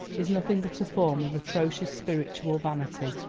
is nothing but a form of atrocious spiritual vanity.